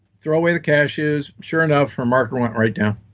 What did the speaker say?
throw away the cashews. sure enough, her marker went right down